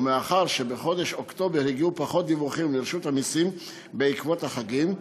ומאחר שבחודש אוקטובר הגיעו פחות דיווחים לרשות המסים בעקבות החגים,